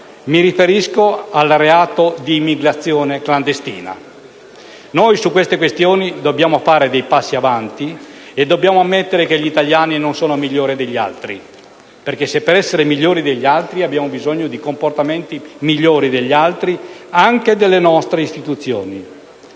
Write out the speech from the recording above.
mi riferisco al reato di immigrazione clandestina. Su tali questioni dobbiamo fare dei passi avanti e dobbiamo ammettere che gli italiani non sono migliori degli altri, perché per essere migliori degli altri abbiamo bisogno di comportamenti migliori di quelli degli altri, anche da parte delle nostre istituzioni.